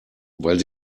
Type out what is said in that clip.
weil